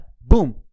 boom